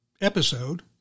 episode